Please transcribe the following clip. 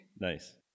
Nice